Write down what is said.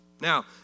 Now